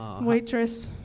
waitress